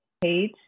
Page